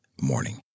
morning